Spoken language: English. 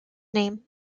name